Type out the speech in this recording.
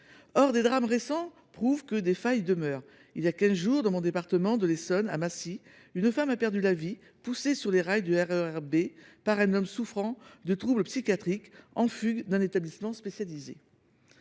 Or des drames récents prouvent que des failles demeurent. Il y a quinze jours, à Massy, dans l’Essonne, département dont je suis élue, une femme a perdu la vie, poussée sur les rails du RER B par un homme souffrant de troubles psychiatriques et ayant fugué d’un établissement spécialisé.